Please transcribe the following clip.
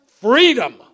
freedom